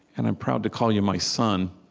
and i'm proud to call you my son,